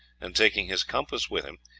and taking his compass with him,